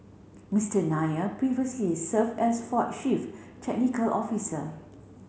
Mister Nair previously served as Ford chief technical officer